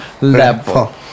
level